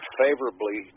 favorably